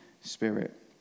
spirit